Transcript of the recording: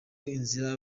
inzira